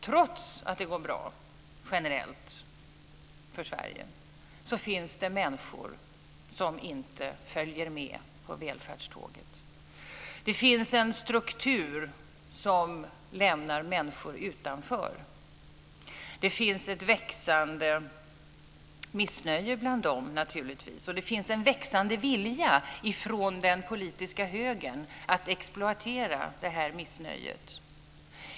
Trots att det går bra generellt för Sverige finns det människor som inte följer med på välfärdståget. Det finns en struktur som lämnar människor utanför. Det finns naturligtvis ett växande missnöje bland dem, och det finns en växande vilja från den politiska högern att exploatera det här missnöjet.